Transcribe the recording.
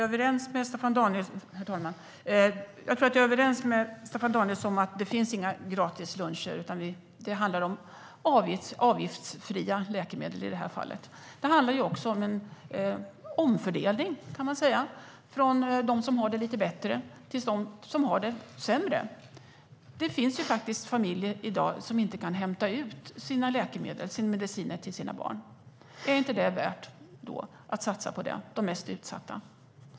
Herr talman! Jag är överens med Staffan Danielsson om att det inte finns gratis luncher. I det här fallet handlar det om avgiftsfria läkemedel. Man kan också säga att det handlar om en omfördelning, från de som har det lite bättre till de som har det sämre. Det finns familjer i dag som inte kan hämta ut mediciner till sina barn. Är det inte värt att satsa på de mest utsatta?